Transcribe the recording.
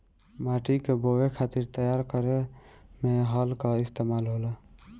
माटी के बोवे खातिर तैयार करे में हल कअ इस्तेमाल होला